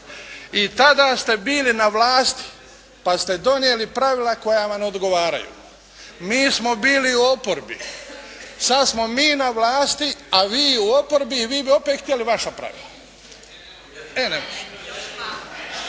i tada ste bili na vlasti pa ste donijeli pravila koja vam odgovaraju. Mi smo bili u oporbi. Sad smo mi na vlasti, a vi u oporbi i vi bi opet htjeli vaša pravila. E ne može.